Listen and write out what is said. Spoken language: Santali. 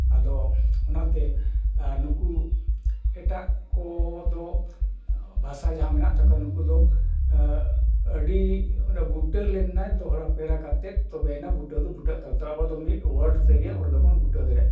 ᱟᱫᱚ ᱚᱱᱟᱛᱮ ᱱᱩᱠᱩ ᱮᱴᱟᱜ ᱠᱚ ᱫᱚ ᱵᱷᱟᱥᱟ ᱡᱟᱦᱟᱸ ᱢᱮᱱᱟᱜ ᱛᱟᱠᱚᱣᱟ ᱱᱩᱠᱩ ᱫᱚ ᱟᱹᱰᱤ ᱚᱱᱮ ᱵᱩᱴᱟᱹ ᱞᱮᱱ ᱮᱱᱟᱭ ᱫᱚᱦᱲᱟ ᱯᱮᱦᱲᱟ ᱠᱟᱛᱮᱫ ᱛᱚᱵᱮ ᱟᱱᱟᱜ ᱵᱩᱴᱟᱹ ᱫᱚ ᱵᱩᱴᱟᱹᱜ ᱛᱟᱭᱟ ᱛᱚᱵᱮ ᱟᱵᱚ ᱫᱚ ᱢᱤᱫ ᱚᱣᱟᱨᱰ ᱛᱮᱜᱮ ᱚᱸᱰᱮ ᱫᱚᱵᱚ ᱵᱩᱴᱟᱹ ᱫᱟᱲᱮᱭᱟᱜ ᱠᱟᱱᱟ